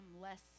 less